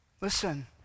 listen